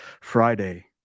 friday